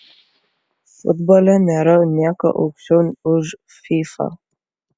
futbole nėra nieko aukščiau už fifa